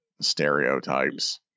stereotypes